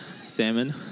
Salmon